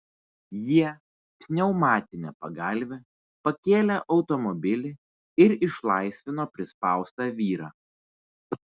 jie pneumatine pagalve pakėlė automobilį ir išlaisvino prispaustą vyrą